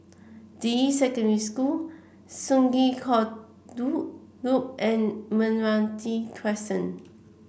Deyi Secondary School Sungei Kadut Loop and Meranti Crescent